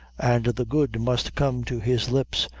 and the good must come to his lips,